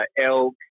elk